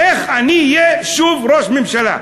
איך אני אהיה שוב ראש הממשלה.